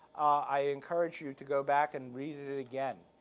i encourage you to go back and read it it again.